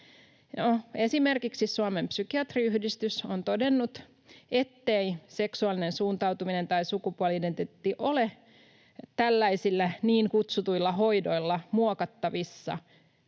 Esimerkiksi Suomen Psykiatriyhdistys on todennut, ettei seksuaalinen suuntautuminen tai sukupuoli-identiteetti ole tällaisilla niin kutsutuilla hoidoilla muokattavissa. Lainaus